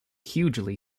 hugely